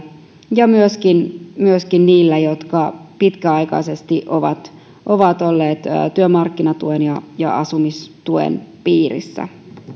ja myöskin myöskin niille jotka pitkäaikaisesti ovat ovat olleet työmarkkinatuen ja ja asumistuen piirissä